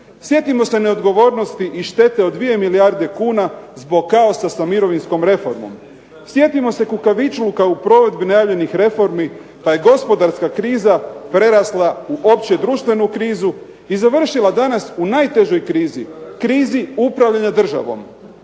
Sjetimo se neodgovornosti i štete od 2 milijarde kuna zbog kaosa sa mirovinskom reformom. Sjetimo se kukavičluka u provedbi najavljenih reformi pa je gospodarska kriza prerasla u opće društvenu krizu i završila danas u najtežoj krizi, krizi upravljanja državom.